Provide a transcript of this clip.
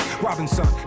Robinson